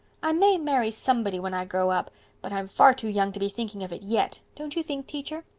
i may marry somebody when i grow up but i'm far too young to be thinking of it yet, don't you think, teacher?